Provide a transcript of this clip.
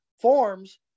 forms